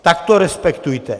Tak to respektujte!